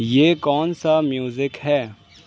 یہ کون سا میوزک ہے